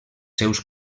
seus